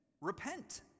repent